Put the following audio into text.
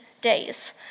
days